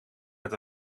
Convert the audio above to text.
met